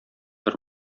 бер